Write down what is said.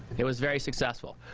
it was very successful.